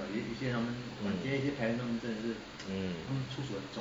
mm mm